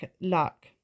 luck